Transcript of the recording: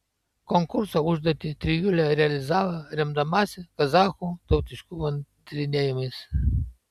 konkurso užduotį trijulė realizavo remdamasi kazachų tautiškumo tyrinėjimais